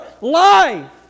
life